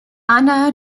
anna